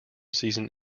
season